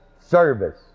service